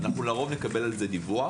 לרוב נקבל על זה דיווח.